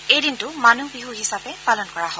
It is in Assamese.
এই দিনটো মানুহ বিহু হিচাপে পালন কৰা হয়